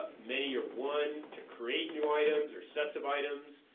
many or one, to create new items, or sets of items,